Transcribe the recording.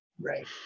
Right